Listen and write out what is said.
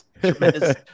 tremendous